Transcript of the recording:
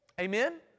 Amen